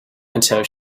until